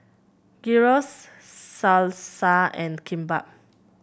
Gyros Salsa and Kimbap